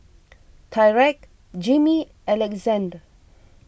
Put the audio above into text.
Tyrek Jimmy and Alexandr